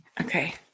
Okay